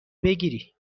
بگیری